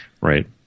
right